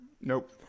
Nope